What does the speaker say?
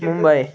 Mumbai